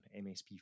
MSP